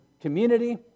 community